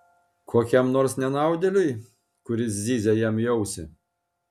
kokiam nors nenaudėliui kuris zyzia jam į ausį